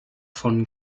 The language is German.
von